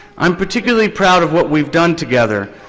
i'm particularly proud of what we've done together.